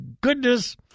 goodness